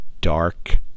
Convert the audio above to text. Dark